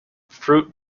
fruit